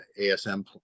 asm